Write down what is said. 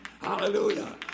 hallelujah